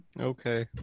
Okay